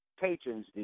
patrons